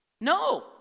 No